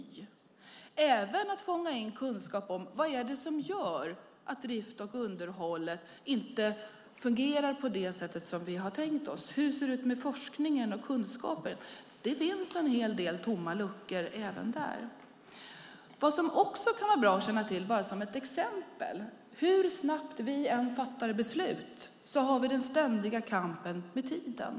Man fångar även in kunskap om vad det är som gör att driften och underhållet inte fungerar på det sätt som vi har tänkt oss. Hur ser det ut med forskningen och kunskaperna? Det finns en hel del tomma luckor även där. Vad som också kan vara bra att känna till är att vi hur snabbt vi än fattar beslut har den ständiga kampen med tiden.